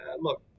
Look